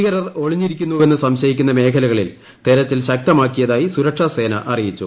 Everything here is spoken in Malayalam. ഭീകരർ ഒളിഞ്ഞിരിക്കുന്നുവെന്ന് സംശയിക്കുന്ന മേഖലകളിൽ തെരച്ചിൽ ശക്തമാക്കിയതായി സുരക്ഷാസേന അറിയിച്ചു